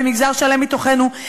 במגזר שלם מתוכנו,